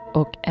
och